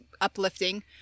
uplifting